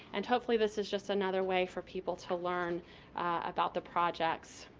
and hopefully this is just another way for people to learn about the projects.